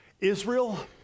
Israel